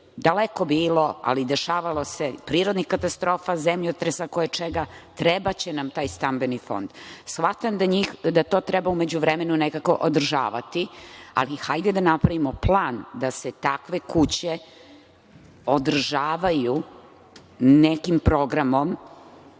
daleko bilo, ali dešavalo se, prirodnih katastrofa, zemljotresa, koječega i trebaće nam taj stambeni fond. Shvatam da to treba u međuvremenu nekako održavati, ali hajde da napravimo plan da se takve kuće održavaju nekim programom,